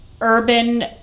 urban